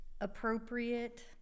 appropriate